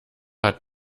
hat